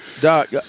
Doc